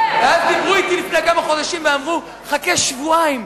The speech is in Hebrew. ואז דיברו אתי לפני כמה חודשים ואמרו: חכה שבועיים,